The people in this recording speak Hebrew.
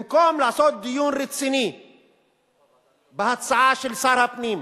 במקום לעשות דיון רציני בהצעה של שר הפנים,